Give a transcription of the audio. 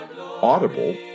Audible